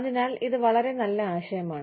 അതിനാൽ ഇത് വളരെ നല്ല ആശയമാണ്